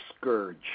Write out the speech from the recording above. scourge